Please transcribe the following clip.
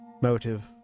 motive